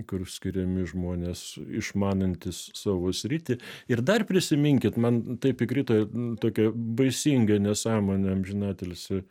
kur skiriami žmonės išmanantys savo sritį ir dar prisiminkit man taip įkrito tokia baisinga nesąmonė amžinatilsį